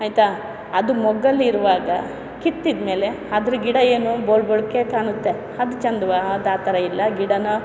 ಆಯಿತಾ ಅದು ಮೊಗ್ಗಲ್ಲಿ ಇರುವಾಗ ಕಿತ್ತಿದ್ಮೇಲೆ ಅದ್ರ ಗಿಡ ಏನು ಬೋಳ್ ಬೋಳ್ಕೆ ಕಾಣುತ್ತೆ ಅದು ಚಂದವಾ ಅದು ಆ ಥರ ಎಲ್ಲ ಗಿಡನ